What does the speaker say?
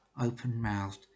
open-mouthed